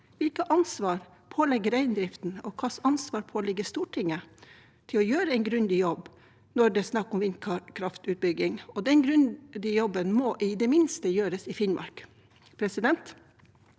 Hvilket ansvar påligger reindriften, og hvilket ansvar påligger Stortinget til å gjøre en grundig jobb når det er snakk om vindkraftutbygging? Den grundige jobben må i det minste gjøres i Finnmark.